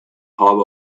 harbor